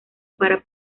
para